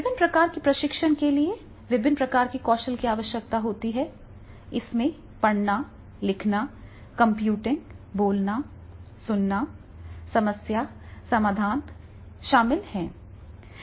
विभिन्न प्रकार के प्रशिक्षण के लिए विभिन्न प्रकार के कौशल की आवश्यकता होती है इसमें पढ़ना लिखना कंप्यूटिंग बोलना सुनना समस्या समाधान शामिल हैं